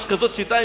יש כזאת שיטה,